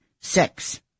Sex